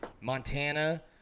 Montana